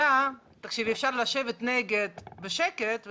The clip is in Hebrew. ולשבת בשקט.